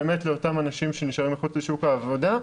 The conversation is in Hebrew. אלא באמת לאותם אנשים שנשארים מחוץ לשוק העבודה,